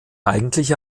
eigentliche